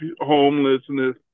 homelessness